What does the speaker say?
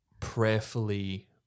prayerfully